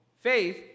faith